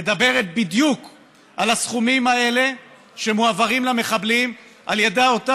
אני חושבת שזה היה שוברים שתיקה, איך קראו לזה